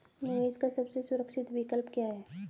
निवेश का सबसे सुरक्षित विकल्प क्या है?